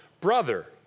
brother